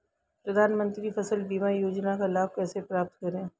प्रधानमंत्री फसल बीमा योजना का लाभ कैसे प्राप्त करें?